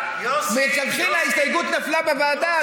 מלכתחילה ההסתייגות נפלה בוועדה,